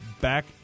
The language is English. back